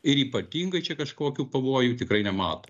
ir ypatingai čia kažkokių pavojų tikrai nemato